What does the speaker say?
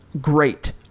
great